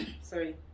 Sorry